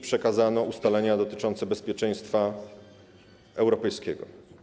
Przekazano ustalenia dotyczące bezpieczeństwa europejskiego.